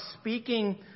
speaking